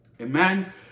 Amen